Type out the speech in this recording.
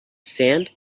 sand